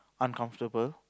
uncomfortable